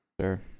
Sure